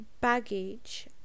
baggage